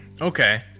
Okay